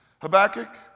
Habakkuk